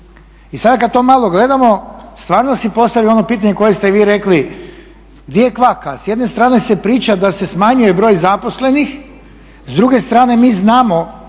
I sada kada to malo gledamo stvarno si postavim ono pitanje koje ste vi rekli, gdje je kvaka. A s jedne strane se priča da se smanjuje broj zaposlenih s druge strane mi znamo